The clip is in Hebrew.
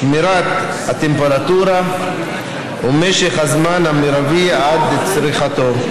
שמירת הטמפרטורה ומשך הזמן המרבי עד לצריכתו.